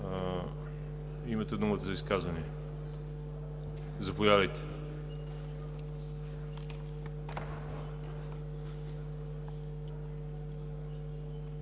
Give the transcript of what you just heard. Имате думата за изказвания. Заповядайте,